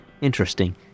Interesting